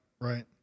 right